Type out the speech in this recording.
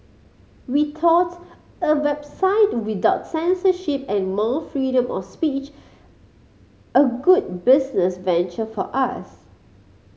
we thought a website without censorship and more freedom of speech a good business venture for us